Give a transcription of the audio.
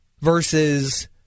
versus